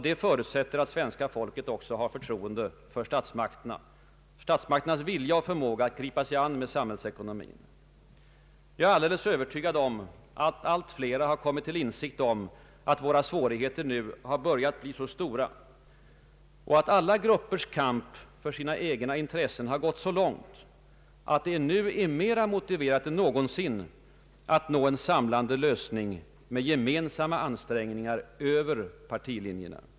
Detta förutsätter att svenska folket också har förtroende för statsmakternas vilja och förmåga att gripa sig an med samhällsekonomin. Jag är övertygad om att allt flera kommit till insikt om att våra svårigheter börjat bli så stora och att alla gruppers kamp för sina egna intressen gått så långt, att det nu är mera motiverat än någonsin att nå en samlande lösning genom gemensamma ansträngningar över partilinjerna.